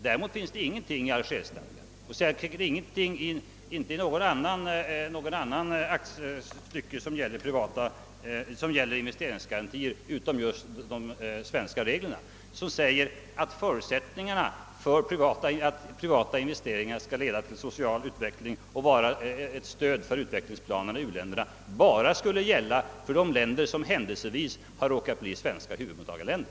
Däremot finns det ingenting i Algerstadgan — och inte heller i något annat aktstycke som gäller investeringsgarantier, utom just i de svenska reglerna — som säger att förutsättningarna för att privata investeringar skall leda till social utveckling och vara ett stöd för utvecklingsplanerna i u-länderna bara skulle gälla de länder som hän delsevis har råkat bli svenska huvudmottagarländer.